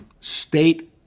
state